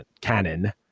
canon